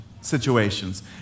situations